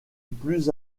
plus